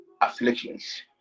afflictions